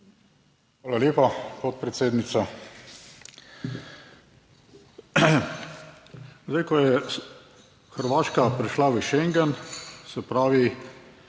Hvala lepa, podpredsednica. Zdaj ko je Hrvaška prišla v Schengen, se pravi,